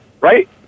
right